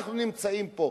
אנחנו נמצאים פה.